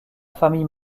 famille